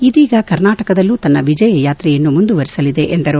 ಇದೀಗ ಕರ್ನಾಟಕದಲ್ಲೂ ತನ್ನ ವಿಜಯ ಯಾತ್ರೆಯನ್ನು ಮುಂದುವರೆಸಲಿದೆ ಎಂದರು